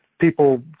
people